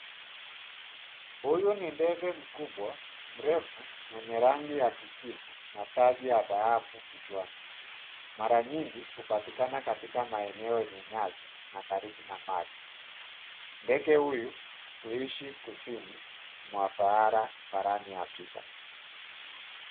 Huyu ni ndege mkubwa, mrefu mwenye rangi ya kijivu na taji ya dhahabu kichwani. Mara nyingi hupatikana katika maeneo yenye nyasi na karibu na maji. Ndege huyu huishi kusini mwa sahara barani Afrika.